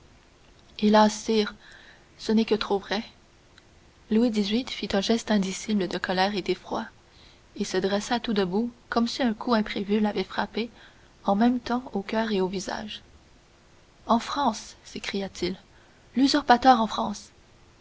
hélas sire ce n'est que trop vrai louis xviii fit un geste indicible de colère et d'effroi et se dressa tout debout comme si un coup imprévu l'avait frappé en même temps au coeur et au visage en france s'écria-t-il l'usurpateur en france